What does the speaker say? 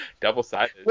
Double-sided